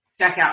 checkout